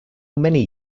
many